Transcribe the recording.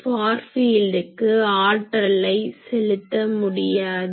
for ஃபீல்டிற்கு ஆற்றலை செலுத்த முடியாது